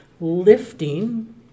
lifting